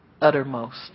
uttermost